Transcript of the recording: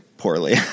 Poorly